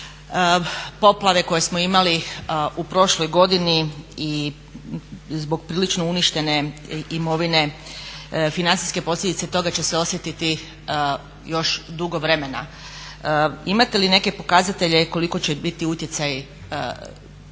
poplave koje smo imali u prošloj godini i zbog prilično uništene imovine, financijske posljedice toga će se osjetiti još dugo vremena, imate li neke pokazatelje koliko će biti utjecaj dakle